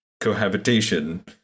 cohabitation